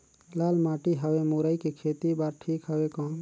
लाल माटी हवे मुरई के खेती बार ठीक हवे कौन?